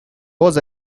was